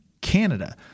Canada